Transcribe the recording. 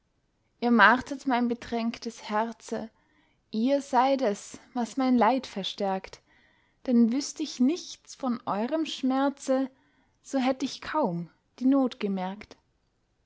ihr martert mein bedrängtes herze ihr seid es was mein leid verstärkt denn wüßt ich nichts von eurem schmerze so hätt ich kaum die not gemerkt